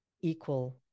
equal